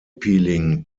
peeling